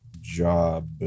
job